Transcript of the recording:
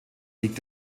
liegt